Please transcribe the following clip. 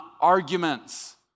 arguments